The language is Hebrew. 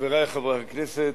חברי חברי הכנסת,